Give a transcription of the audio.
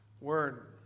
word